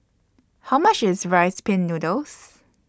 How much IS Rice Pin Noodles